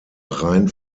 rein